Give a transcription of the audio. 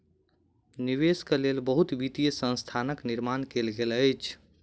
निवेश के लेल बहुत वित्तीय संस्थानक निर्माण कयल गेल अछि